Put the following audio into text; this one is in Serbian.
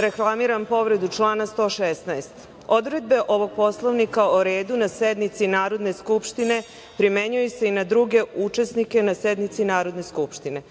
reklamiram povredu člana 116.Odredbe ovog Poslovnika o redu na sednici Narodne skupštine primenjuju se i na druge učesnike na sednici Narodne skupštine.